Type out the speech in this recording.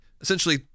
essentially